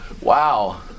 Wow